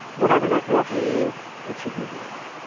whatever that pathway is, it should be available.